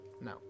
No